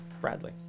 Bradley